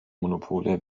monopole